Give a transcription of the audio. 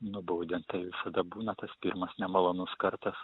nubaudė tai visada būna tas pirmas nemalonus kartas